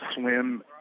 swim